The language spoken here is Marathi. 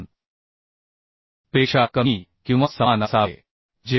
2 पेक्षा कमी किंवा समान असावे